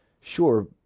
Sure